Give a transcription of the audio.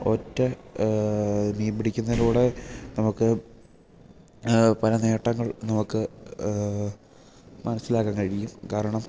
ഒറ്റ മീൻ പിടിക്കുന്നതിലൂടെ നമുക്ക് പല നേട്ടങ്ങൾ നമുക്ക് മനസ്സിലാക്കാൻ കഴിയും കാരണം